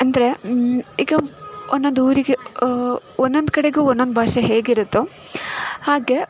ಅಂದರೆ ಈಗ ಒನ್ನೊಂದು ಊರಿಗೆ ಒನ್ನೊಂದು ಕಡೆಗೂ ಒನ್ನೊಂದು ಭಾಷೆ ಹೇಗಿರುತ್ತೊ ಹಾಗೆ